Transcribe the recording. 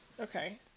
Okay